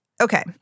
okay